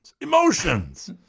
Emotions